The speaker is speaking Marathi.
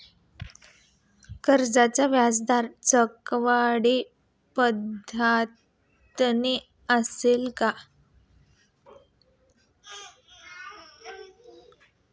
कर्जाचा व्याजदर चक्रवाढ पद्धतीने असेल का?